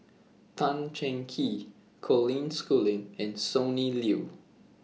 Tan Cheng Kee Colin Schooling and Sonny Liew